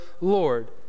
Lord